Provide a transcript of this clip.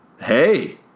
Hey